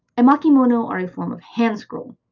emakimono are a form of hand scroll.